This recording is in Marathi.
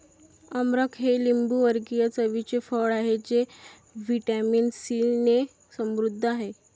अमरख हे लिंबूवर्गीय चवीचे फळ आहे जे व्हिटॅमिन सीने समृद्ध आहे